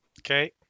Okay